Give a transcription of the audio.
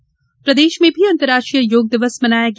योग दिवस प्रदेश प्रदेश में भी अंतर्राष्ट्रीय योग दिवस मनाया गया